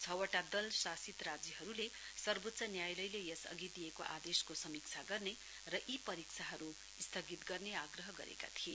छ वटा विपक्षी दल शासित राज्यहरूले सर्वोच्च न्यायालयले यसअघि दिएको आदेशको समीक्षा गर्ने र यी परीक्षाहरू स्थगित गर्ने आग्रह गरेका थिए